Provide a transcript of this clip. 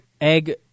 egg